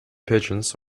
pigeons